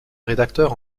rédacteur